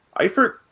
Eifert